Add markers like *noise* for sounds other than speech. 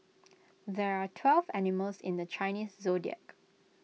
*noise* there are twelve animals in the Chinese Zodiac